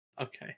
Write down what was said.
Okay